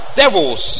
devils